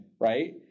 right